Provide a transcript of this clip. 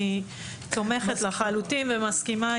אני לחלוטין תומכת ומסכימה.